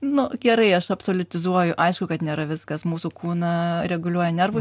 nu gerai aš absoliutizuoju aišku kad nėra viskas mūsų kūną reguliuoja nervų